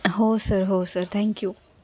हो सर हो sir thank you